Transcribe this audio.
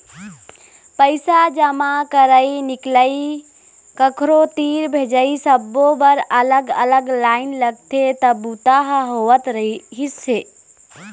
पइसा जमा करई, निकलई, कखरो तीर भेजई सब्बो बर अलग अलग लाईन लगथे तब बूता ह होवत रहिस हे